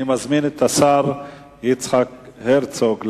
אני מזמין את השר יצחק הרצוג לענות.